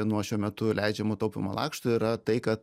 nuo šiuo metu leidžiamų taupymo lakštų yra tai kad